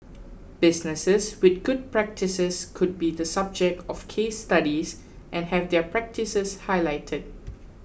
businesses with good practices could be the subject of case studies and have their practices highlighted